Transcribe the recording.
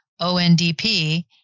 ONDP